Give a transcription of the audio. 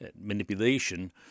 manipulation